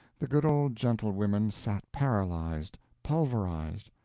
the good old gentlewomen sat paralyzed, pulverized,